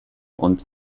und